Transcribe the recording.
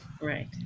right